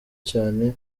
cane